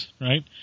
right